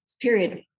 period